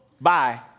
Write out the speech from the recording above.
Bye